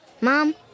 Mom